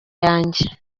yanjye